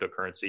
cryptocurrency